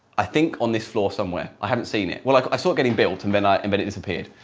i think on this floor somewhere i haven't seen it well like i saw getting built and then i and but it disappeared.